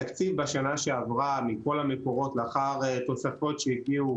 התקציב בשנה שעברה מכל המקורות לאחר תוספות שהגיעו